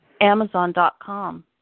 Amazon.com